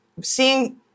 seeing